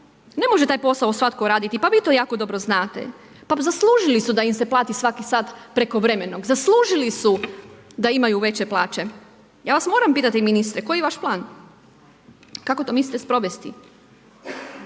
Ne može taj posao svatko raditi pa vi to jako dobro znate. Pa zaslužili su da im se plati svaki sat prekovremenog, zaslužili su da imaju veće plaće. Ja vas moram pitati ministre, koji je vaš plan? Kako to mislite sprovesti?